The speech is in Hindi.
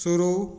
शुरू